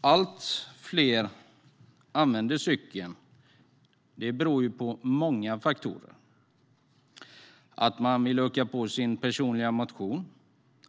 Allt fler använder cykeln. Det beror på många faktorer. Man vill öka den personliga motionen.